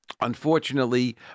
Unfortunately